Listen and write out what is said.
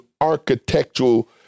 architectural